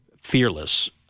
fearless